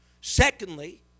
Secondly